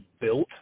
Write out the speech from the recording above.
built